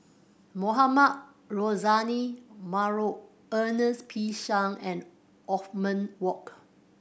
Mohamed Rozani Maarof Ernest P Shank and Othman Wok